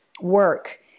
work